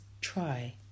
try